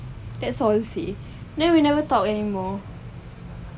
that's all you see then we never talk anymore